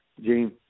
Gene